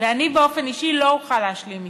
ואני באופן אישי לא אוכל להשלים אתו.